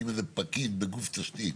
אם איזה פקיד בגוף תשתית